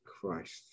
Christ